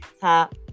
top